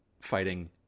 fighting